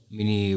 Mini